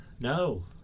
no